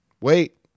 Wait